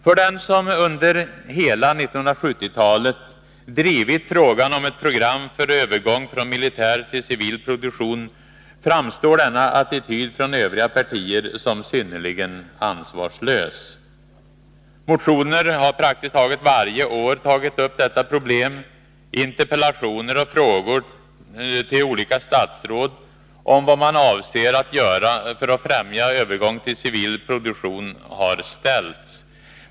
För den som under hela 1970-talet drivit frågan om ett program för övergång från militär till civil produktion framstår denna attityd från övriga partier som synnerligen ansvarslös. Detta problem har tagits upp i motioner praktiskt taget varje år. Interpellationer och frågor har ställts till olika statsråd om vad de avser att göra för att främja en övergång till civil produktion.